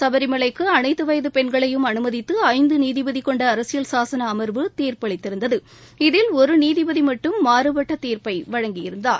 சபரிமலைக்கு அனைத்து வயது பெண்களையும் அனுமதித்து ஐந்து நீதிபதி கொண்ட அரசியல்சாசன அர்வு தீர்ப்பளித்திருந்தது இதில் ஒரு நீதிபதி மட்டும் மாறுபட்ட கீர்ப்பை வழங்கியிருந்தார்